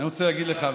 אני רוצה להגיד לך,